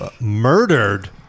murdered